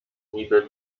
niby